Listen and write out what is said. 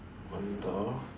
one door